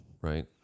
Right